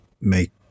make